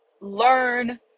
learn